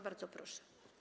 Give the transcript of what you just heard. Bardzo proszę.